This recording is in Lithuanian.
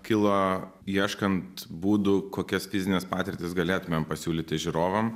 kilo ieškant būdų kokias fizines patirtis galėtumėm pasiūlyti žiūrovam